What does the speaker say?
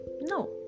no